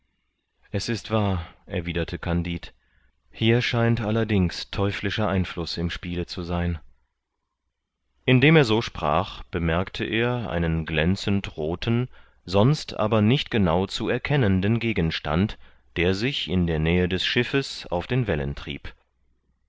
es ist wahr erwiderte kandid hier scheint allerdings teuflischer einfluß im spiele zu sein indem er so sprach bemerkte er einen glänzend rothen sonst aber nicht genau zu erkennenden gegenstand der sich in der nähe des schiffes auf den wellen trieb